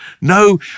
no